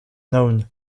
known